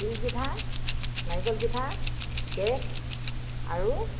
তিল পিঠা নাৰিকল পিঠা কেক আৰু